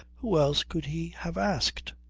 who else could he have asked?